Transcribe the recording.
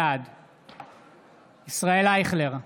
בעד ישראל אייכלר,